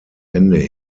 ende